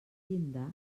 llindar